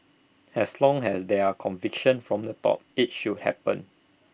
as long as there are conviction from the top IT should happen